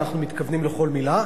ואנחנו מתכוונים לכל מלה.